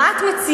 מה את מציעה?